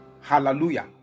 Hallelujah